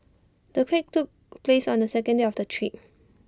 the quake took place on the second day of the trip